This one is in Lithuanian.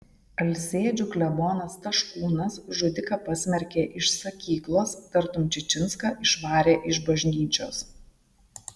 alsėdžių klebonas taškūnas žudiką pasmerkė iš sakyklos tartum čičinską išvarė iš bažnyčios